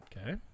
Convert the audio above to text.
okay